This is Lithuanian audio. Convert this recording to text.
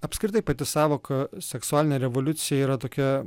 apskritai pati sąvoka seksualinė revoliucija yra tokia